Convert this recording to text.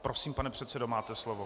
Prosím, pane předsedo, máte slovo.